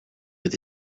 with